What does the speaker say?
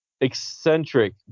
eccentric